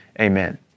amen